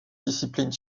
disciplines